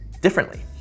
differently